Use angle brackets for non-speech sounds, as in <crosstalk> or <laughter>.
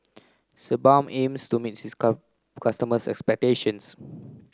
Sebamed aims to meet its custom customers' expectations <noise>